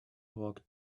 walked